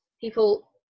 people